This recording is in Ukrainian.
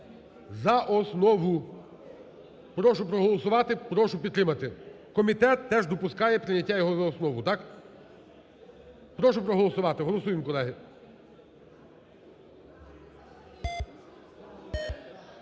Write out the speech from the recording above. за основу. Прошу проголосувати. Прошу підтримати. Комітет теж допускає прийняття його за основу, так? Прошу проголосувати. Голосуємо, колеги.